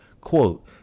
Quote